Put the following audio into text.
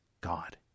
God